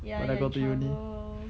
ya you are in trouble